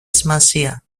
σημασία